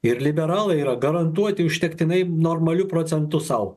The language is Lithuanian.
ir liberalai yra garantuoti užtektinai normalių procentų sau